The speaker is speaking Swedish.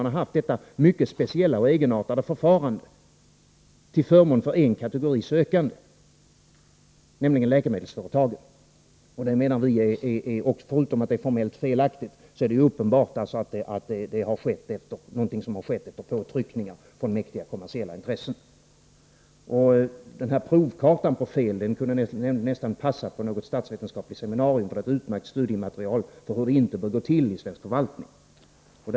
Man har haft detta mycket speciella och egenartade förfarande till förmån för en kategori sökande, nämligen läkemedelsföretagen. Förutom att det är formellt felaktigt menar vi att det är uppenbart att det skett efter påtryckningar från mäktiga kommersiella intressen. Denna provkarta på fel kunde nästan passa på ett statsvetenskapligt seminarium som ett utmärkt studiematerial om hur det inte bör gå till i svensk förvaltning.